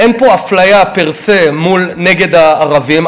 אין פה אפליה פר-סה נגד הערבים,